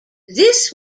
this